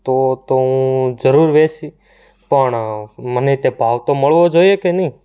તો તો હું જરૂર વેચી પણ મને તે ભાવ તો મળવો જોઈએ કે નહીં